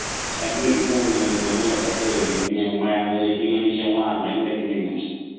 ꯑꯦ ꯅꯣꯏꯗꯤ ꯍꯣꯡꯉꯤꯅ ꯑꯃꯒ ꯆꯥꯇ꯭ꯔꯦꯠ ꯑꯣꯏꯗꯤ ꯃꯌꯥꯝꯅ ꯂꯤꯁꯤꯡ ꯑꯅꯤ ꯆꯥꯝꯃꯉꯥ ꯑꯗꯨꯃꯥꯏꯅ ꯂꯣꯏ ꯍꯥꯏꯅꯩꯅ